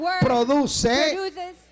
produce